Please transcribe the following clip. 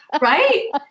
Right